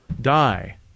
die